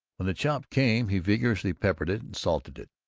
when the chop came he vigorously peppered it and salted it.